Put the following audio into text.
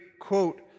quote